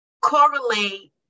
correlate